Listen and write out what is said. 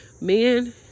Men